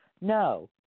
No